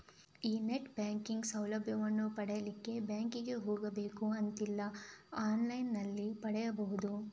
ಈಗ net banking ಸೌಲಭ್ಯವನ್ನು ಪಡೀಲಿಕ್ಕೆ ಬ್ಯಾಂಕಿಗೆ ಹೋಗ್ಬೇಕು ಅಂತಿಲ್ಲ ಆನ್ಲೈನಿನಲ್ಲಿ ಮಾಡ್ಬಹುದು